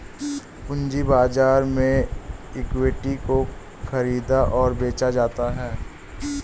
पूंजी बाजार में इक्विटी को ख़रीदा और बेचा जाता है